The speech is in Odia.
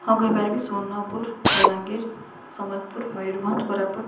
ହଁ କହିପାରିବି ସୂବର୍ଣ୍ଣପୁର ବଲାଙ୍ଗୀର ସମ୍ବଲପୁର ମୟୂରଭଞ୍ଜ କୋରାପୁଟ